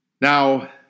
Now